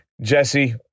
Jesse